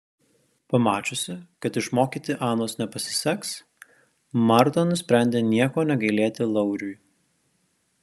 pamačiusi kad išmokyti anos nepasiseks marta nusprendė nieko negailėti lauriui